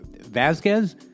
Vasquez